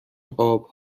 قاب